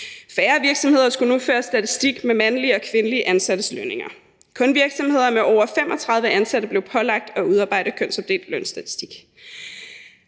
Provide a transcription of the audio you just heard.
Færre virksomheder skulle nu føre statistik over mandlige og kvindelige ansattes lønninger. Kun virksomheder med over 35 ansatte blev pålagt at udarbejde kønsopdelt lønstatistik.